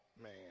man